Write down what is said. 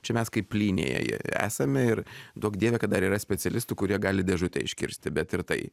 čia mes kaip plynėje esame ir duok dieve kad dar yra specialistų kurie gali dėžutę iškirsti bet ir tai